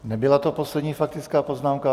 Nebyla to poslední faktická poznámka.